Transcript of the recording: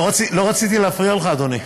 לא רציתי להפריע לך, אדוני.